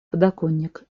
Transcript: подоконник